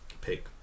Pick